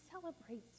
celebrates